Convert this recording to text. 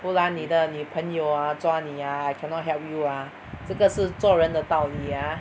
不然你的女朋友 ah 抓你 ah I cannot help you ah 这个是做人的道理 ah